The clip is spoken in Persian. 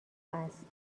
است